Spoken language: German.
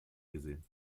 gesehen